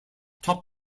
top